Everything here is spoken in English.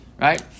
Right